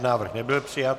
Návrh nebyl přijat.